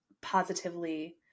positively